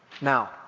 Now